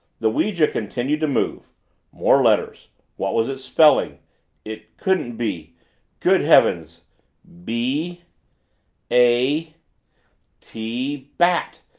the ouija continued to move more letters what was it spelling it couldn't be good heavens b a t bat!